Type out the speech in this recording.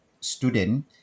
student